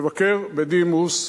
מבקר בדימוס,